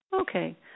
Okay